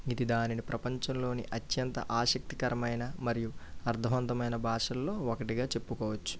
ఇది దానిని ప్రపంచంలోని అత్యంత ఆసక్తికరమైన మరియు అర్ధవంతమైన భాషల్లో ఒకటిగా చెప్పుకోవచ్చు